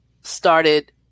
started